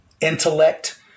intellect